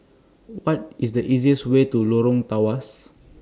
What IS The easiest Way to Lorong Tawas